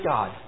God